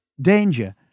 danger